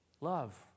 Love